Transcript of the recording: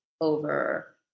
over